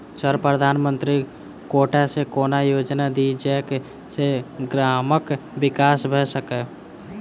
Sir प्रधानमंत्री quota सऽ कोनो योजना दिय जै सऽ ग्रामक विकास भऽ सकै?